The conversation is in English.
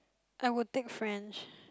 I would take French